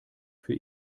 für